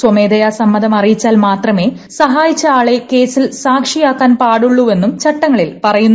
സ്വമേധയാ സമ്മതം അറിയിച്ചാർ മാത്രമേ സഹായിച്ച ആളെ കേസിൽ സാക്ഷിയാക്കാൻ പാടുള്ളൂവെന്നും ചട്ടങ്ങളിൽ പറയുന്നു